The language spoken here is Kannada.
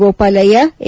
ಗೋಪಾಲಯ್ಲ ಎ